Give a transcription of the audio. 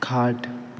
खाट